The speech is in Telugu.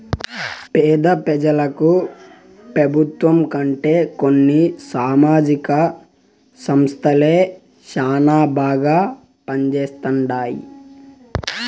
పేద పెజలకు పెబుత్వం కంటే కొన్ని సామాజిక సంస్థలే శానా బాగా పంజేస్తండాయి